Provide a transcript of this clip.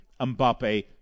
Mbappe